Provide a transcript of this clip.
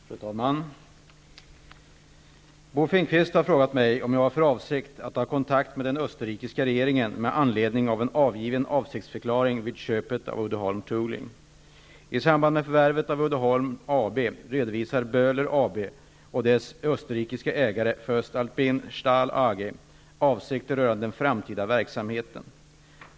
Fru talman! Bo Finnkvist har frågat mig om jag har för avsikt att ta kontakt med den österrikiska regeringen med anledning av en avgiven avsiktsförklaring vid köpet av Uddeholm Tooling. Voest-Alpine Stahl AG avsikter rörande den framtida verksamheten.